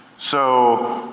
so,